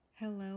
Hello